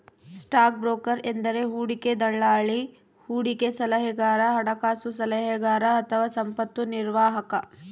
stock broker ಎಂದರೆ ಹೂಡಿಕೆ ದಲ್ಲಾಳಿ, ಹೂಡಿಕೆ ಸಲಹೆಗಾರ, ಹಣಕಾಸು ಸಲಹೆಗಾರ ಅಥವಾ ಸಂಪತ್ತು ನಿರ್ವಾಹಕ